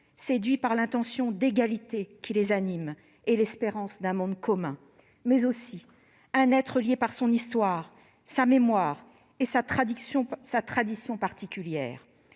séduit par l'intention d'égalité qui les anime et l'espérance d'un monde commun, mais aussi un être lié par son histoire, sa mémoire et sa tradition particulières.